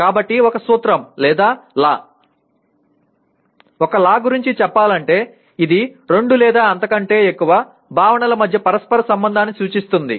కాబట్టి ఒక సూత్రం లేదా లా ఒక లా గురించి చెప్పాలంటే ఇది రెండు లేదా అంతకంటే ఎక్కువ భావనల మధ్య పరస్పర సంబంధాన్ని సూచిస్తుంది